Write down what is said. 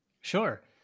Sure